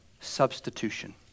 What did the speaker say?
substitution